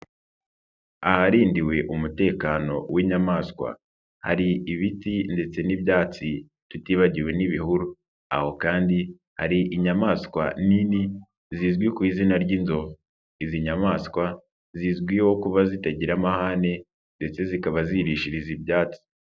Aharindiwe umutekano w'inyamaswa, hari ibiti ndetse n'ibyatsi tutibagiwe n'ibihuru, aho kandi hari inyamaswa nini zizwi ku izina ry'inzovu, izi nyamaswa zizwiho kuba zitagira amahane ndetse zikaba zirishiriza ibyatsi.